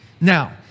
Now